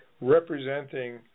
representing